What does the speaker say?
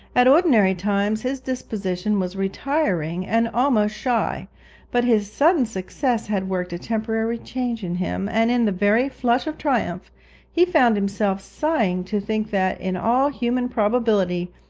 at ordinary times his disposition was retiring and almost shy but his sudden success had worked a temporary change in him, and in the very flush of triumph he found himself sighing to think that, in all human probability,